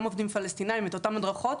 גם עובדים פלסטינים את אותן הדרכות,